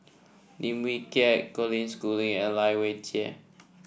Lim Wee Kiak Colin Schooling and Lai Weijie